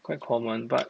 quite common but